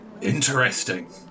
Interesting